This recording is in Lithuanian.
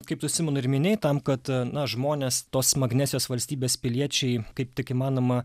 kaip tu simonai ir minėjai tam kad a na žmonės tos magnezijos valstybės piliečiai kaip tik įmanoma